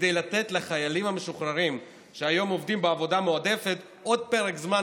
כדי לתת לחיילים המשוחררים שהיום עובדים בעבודה מועדפת עוד פרק זמן